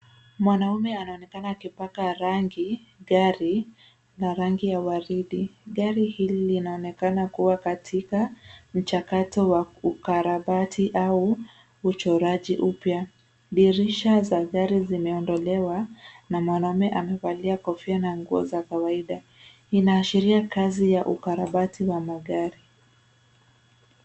Mwanaume anaonekana akipaka rangi gari la rangi ya waridi. Gari hili linaonekana kuwa katika mchakato wa ukarabati au uchoraji upya. Dirisha za gari zimeondolewa, na mwanaume amevalia kofia na nguo za kawaida. Inaashiria kazi ya ukarabati wa magari.